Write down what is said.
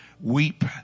weep